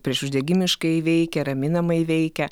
priešuždegimiškai veikia raminamai veikia